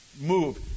move